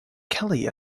kelly